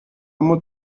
اما